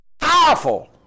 powerful